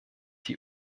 die